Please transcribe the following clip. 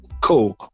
Cool